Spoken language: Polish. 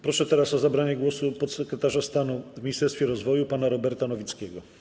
Proszę teraz o zabranie głosu podsekretarza stanu w Ministerstwie Rozwoju pana Roberta Nowickiego.